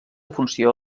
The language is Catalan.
funció